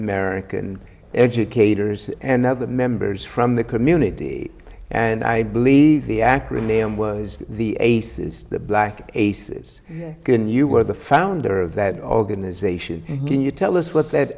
american educators and other members from the community and i believe we at name was the aces the black aces in you were the founder of that organization can you tell us what that